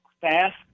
fast